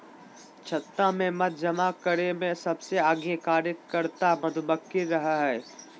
छत्ता में मध जमा करे में सबसे आगे कार्यकर्ता मधुमक्खी रहई हई